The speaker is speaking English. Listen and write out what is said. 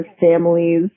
families